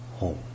home